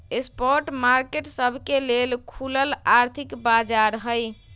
spot market सबके लेल खुलल आर्थिक बाजार हइ